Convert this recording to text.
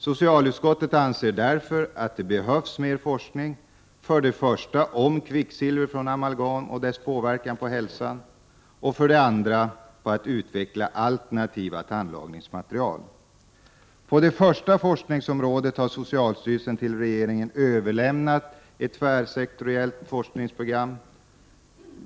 Socialutskottet anser därför att det behövs mer forskning, för det första om kvicksilver från amalgam och dess påverkan på hälsan och för det andra om att utveckla alternativa tandlagningsmaterial. På det första forskningsområdet har socialstyrelsen till regeringen överlämnat ett tvärsektoriellt forskningsprogram.